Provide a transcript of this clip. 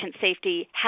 safety